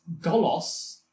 Golos